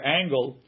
angle